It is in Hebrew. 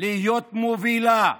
להיות מובילה,